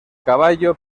caballo